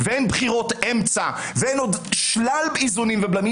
ואין בחירות אמצע ואין שלל איזונים ובלמים.